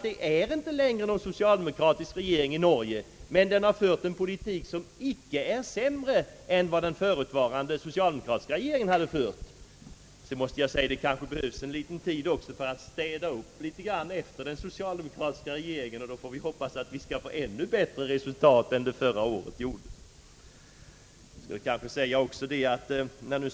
Det är inte längre någon socialdemokratisk regering i Norge, sade jag, men den norska regeringen har fört en politik som icke är sämre än den förutvarande socialdemokratiska regeringens. Låt mig också tillägga, att det kanske behövs en liten tid för att städa upp en smula efter den socialdemokratiska regeringen; och då får vi hoppas att resultatet i fortsättningen skall bli ännu bättre än förra årets!